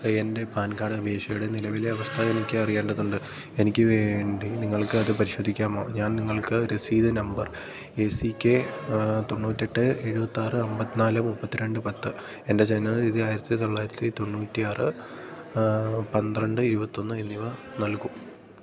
എന്റെ പാൻ കാഡപേക്ഷയുടെ നിലവിലെ അവസ്ഥ എനിക്ക് അറിയേണ്ടതുണ്ട് എനിക്കു വേണ്ടി നിങ്ങൾക്കത് പരിശോധിക്കാമോ ഞാൻ നിങ്ങൾക്ക് രസീത് നമ്പർ എ സി കെ തൊണ്ണൂറ്റിയെട്ട് എഴുപത്തിയാറ് അന്പത്തിനാല് മുപ്പത്തിരണ്ട് പത്ത് എന്റെ ജനനത്തീയതി ആയിരത്തിത്തൊള്ളായിരത്തി തൊണ്ണൂറ്റിയാറ് പന്ത്രണ്ട് ഇരുപത്തിയൊന്ന് എന്നിവ നൽകും